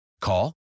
Call